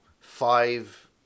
five